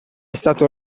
stato